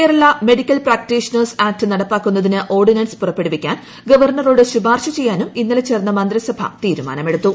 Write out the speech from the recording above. Kerala medical practitioners act നടപ്പാക്കുന്നതിന് ordinance പുറപ്പെടുവിക്കാൻ ഗവർണറോട് ശുപാർശ ചെയ്യാനും ഇന്നലെ ചേർന്ന മന്ത്രിസഭ തീരുമാനമെടുത്തു